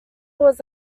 was